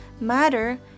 matter